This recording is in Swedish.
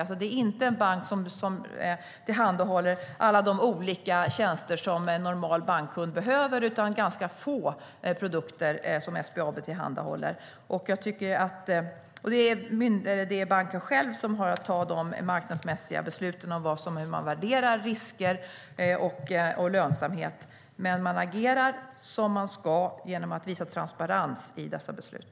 Det är alltså inte en bank som tillhandahåller alla de olika tjänster som en normal bankkund behöver. Det är ganska få produkter som SBAB tillhandahåller. Det är banken själv som har att fatta marknadsmässiga beslut om risker och lönsamhet, men man agerar som man ska genom att ha transparens i dessa beslut.